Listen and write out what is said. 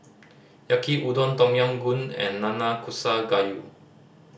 Yaki Udon Tom Yam Goong and Nanakusa Gayu